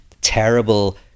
terrible